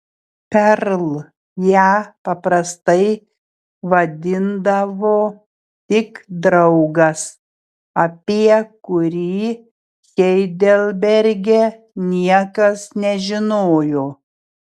perl ją paprastai vadindavo tik draugas apie kurį heidelberge niekas nežinojo